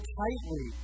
tightly